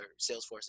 Salesforce